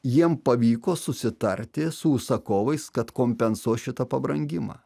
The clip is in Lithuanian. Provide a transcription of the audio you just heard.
jiem pavyko susitarti su užsakovais kad kompensuos šitą pabrangimą